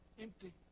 empty